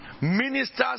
ministers